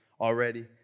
already